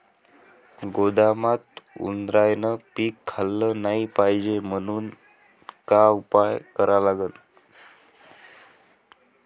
गोदामात उंदरायनं पीक खाल्लं नाही पायजे म्हनून का उपाय करा लागन?